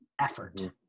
effort